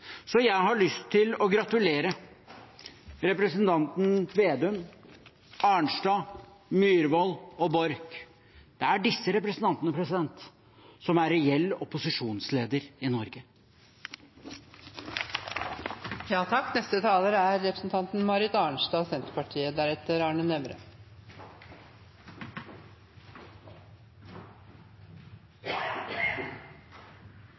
Så jeg har lyst til å gratulere representantene Slagsvold Vedum, Arnstad, Myhrvold og Borch. Det er disse representantene som er reell opposisjonsleder i Norge. Det er godt at representanten